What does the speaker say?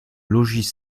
logis